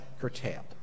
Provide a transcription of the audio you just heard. curtailed